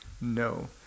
no